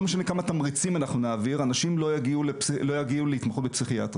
לא משנה כמה תמריצים אנחנו נעביר אנשים לא יגיעו להתמחות בפסיכיאטריה.